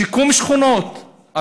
שיקום שכונות.